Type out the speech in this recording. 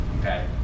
okay